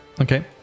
Okay